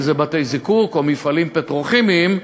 אם זה בתי-זיקוק או מפעלים פטרוכימיים,